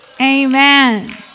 Amen